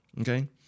Okay